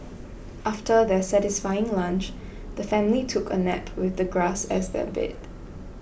after their satisfying lunch the family took a nap with the grass as their bed